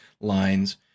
lines